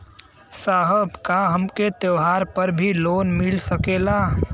साहब का हमके त्योहार पर भी लों मिल सकेला?